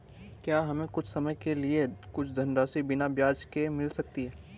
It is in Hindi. क्या हमें कुछ समय के लिए कुछ धनराशि बिना ब्याज के मिल सकती है?